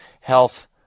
health